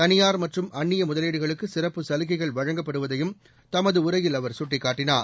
தனியார் மற்றும் அந்நிய முதலீடுகளுக்கு சிறப்பு சலுகைகள் வழங்கப்படுவதையும் தனது உரையில் அவர் சுட்டிக்காட்டினார்